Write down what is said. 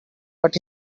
but